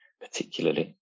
particularly